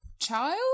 child